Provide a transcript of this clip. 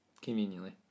Conveniently